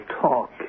talk